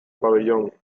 pabellón